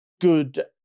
good